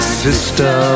sister